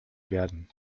werden